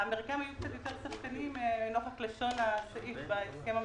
האמריקאים היו קצת יותר ספקנים נוכח לשון הסעיף בהסכם המקורי,